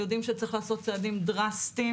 יודעים שצריך לעשות צעדים דרסטיים,